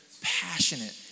passionate